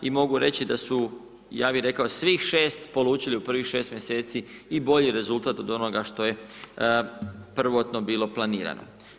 I mogu reći da su, ja bih rekao svih 6 polučili u prvih 6 mjeseci i bolji rezultat od onoga što je prvotno bilo planirano.